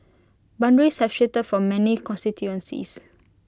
boundaries have shifted for many constituencies